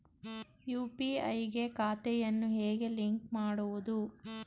UPI ಗೆ ಖಾತೆಯನ್ನು ಹೇಗೆ ಲಿಂಕ್ ಮಾಡುವುದು?